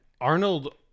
Arnold